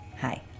Hi